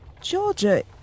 Georgia